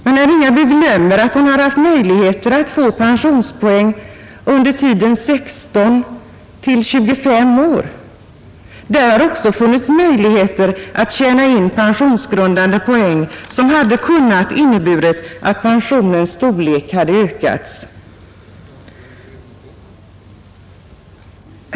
Men han glömmer att hon har haft möjligheter att få pensionspoäng då hon var mellan 16 och 25 år, vilket i sin tur hade inneburit att pensionens storlek hade ökat.